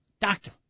doctor